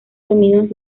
dominios